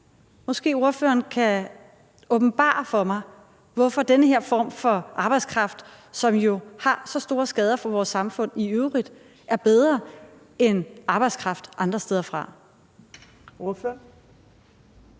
Måske ordføreren kan åbenbare for mig, hvorfor den her form for arbejdskraft, som jo giver så store skader på vores samfund i øvrigt, er bedre end arbejdskraft andre steder fra. Kl.